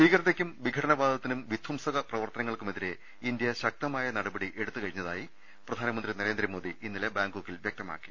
ഭീകരതയ്ക്കും വിഘടനവാദത്തിനും വിധംസക പ്രവർത്തകർക്കുമെതിരെ India ശക്തമായ നടപടി എടുത്തു കഴിഞ്ഞതായി പ്രധാനമന്ത്രി നരേന്ദ്രമോദി ഇന്നലെ ബാങ്കോക്കിൽ വൃക്തമാക്കി